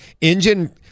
engine